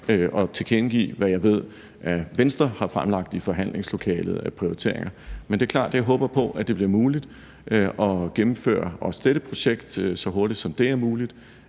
og tilkendegive, hvad jeg ved at Venstre har fremlagt i forhandlingslokalet af prioriteringer. Men det er klart, at jeg håber på, at det bliver muligt at gennemføre også dette projekt så hurtigt, som det er muligt,